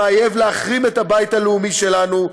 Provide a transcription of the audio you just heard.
שמאיים להחריב את הבית הלאומי שלנו.